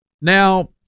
Now